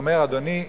ואומר: אדוני,